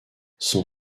son